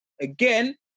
again